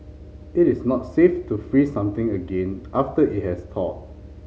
it is not safe to freeze something again after it has thawed